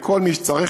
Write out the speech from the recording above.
לכל מי שצריך,